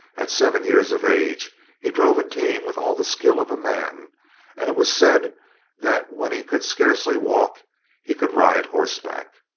at seven years of age he drove a team with all the skill of a man and it was said that when he could scarcely walk he could ride horseback.